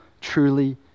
truly